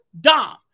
Dom